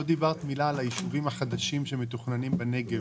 לא דיברת מילה על היישוביים החדשים שמתוכננים בנגב